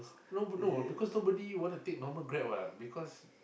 no no because nobody want to take normal Grab what because